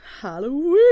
Halloween